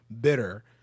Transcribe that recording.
bitter